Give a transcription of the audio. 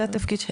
זה התפקיד שלכם,